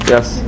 Yes